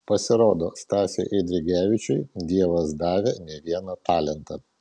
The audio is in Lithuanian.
pasirodo stasiui eidrigevičiui dievas davė ne vieną talentą